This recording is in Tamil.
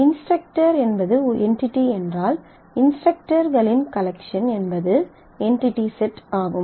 இன்ஸ்டரக்டர் என்பது என்டிடி என்றால் இன்ஸ்டரக்டர்களின் கலெக்ஷன் என்பது என்டிடி செட் ஆகும்